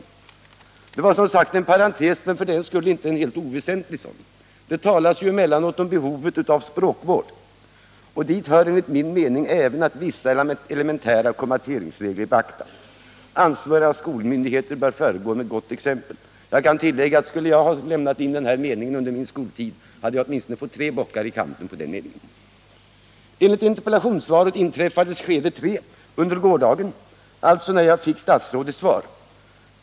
Detta var som sagt en parentes, men för den skull icke en helt oväsentlig sådan. Det talas ju emellanåt om behovet av språkvård, och dit hör enligt min mening även att vissa elementära kommateringsregler beaktas. Ansvariga skolmyndigheter bör föregå med gott exempel. Jag kan tillägga att jag, om jag skulle ha lämnat in denna mening under min skoltid, skulle ha fått åtminstone tre bockar i kanten för den. Enligt interpellationssvaret inträffade det tredje skedet under gårdagen, alltså när jag fick besked om statsrådets svar.